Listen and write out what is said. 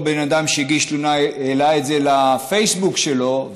בן אדם שהגיש תלונה העלה את זה לפייסבוק שלו,